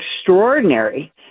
extraordinary